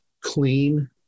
clean